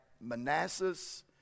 Manassas